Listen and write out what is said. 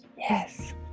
yes